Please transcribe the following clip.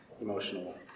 emotional